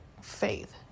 faith